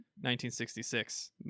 1966